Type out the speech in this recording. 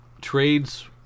trades